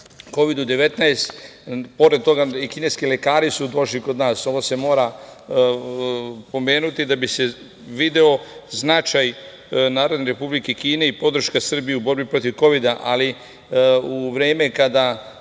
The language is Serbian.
Kovidu-19. Pored toga, i kineski lekari su došli kod nas. Ovo se mora pomenuti da bi se video značaj Narodne Republike Kine i podrška Srbije u borbi protiv kovida. Ali, u vreme kada